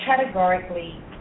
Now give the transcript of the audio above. categorically